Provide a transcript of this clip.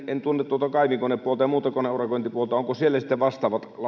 en tunne tuota kaivinkonepuolta ja muuta koneurakointipuolta että onko siellä sitten olemassa vastaavat